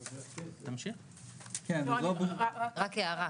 אני רק רוצה להעיר,